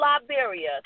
Liberia